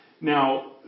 Now